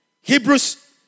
Hebrews